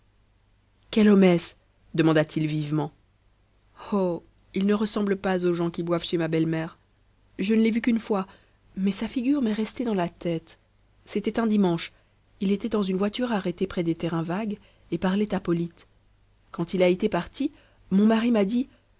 quel homme est-ce demanda-t-il vivement oh il ne ressemble pas aux gens qui boivent chez ma belle-mère je ne l'ai vu qu'une fois mais sa figure m'est restée dans la tête c'était un dimanche il était dans une voiture arrêtée près des terrains vagues et parlait à polyte quand il a été parti mon mari m'a dit